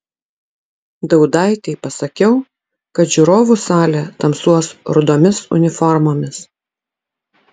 daudaitei pasakiau kad žiūrovų salė tamsuos rudomis uniformomis